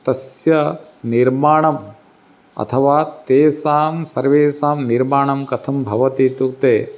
तस्य निर्माणम् अथवा तेषां सर्वेषां निर्माणं कथं भवति इत्युक्ते